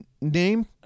name